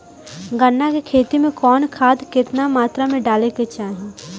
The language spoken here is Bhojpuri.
गन्ना के खेती में कवन खाद केतना मात्रा में डाले के चाही?